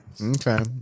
Okay